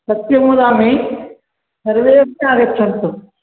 सत्यम्वदामि सर्वे अपि आगच्छन्तु